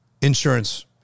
insurance